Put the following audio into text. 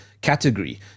category